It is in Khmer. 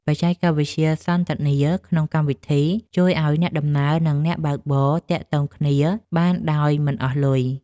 បច្ចេកវិទ្យាសន្ទនាក្នុងកម្មវិធី ជួយឱ្យអ្នកដំណើរ និងអ្នកបើកបរទាក់ទងគ្នាបានដោយមិនអស់លុយ។